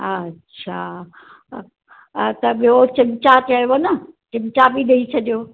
अच्छा अ त ॿियो चमिचा चयव न चमिचा बि ॾेई छॾियो